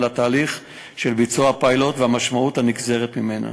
לתהליך של ביצוע הפיילוט והמשמעות הנגזרת ממנו.